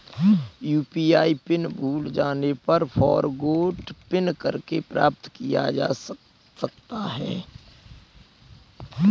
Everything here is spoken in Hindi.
यू.पी.आई पिन भूल जाने पर फ़ॉरगोट पिन करके प्राप्त किया जा सकता है